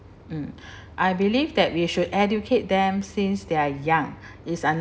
mm I believe that we should educate them since they're young is un~